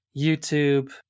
YouTube